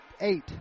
eight